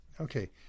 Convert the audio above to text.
Okay